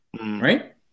right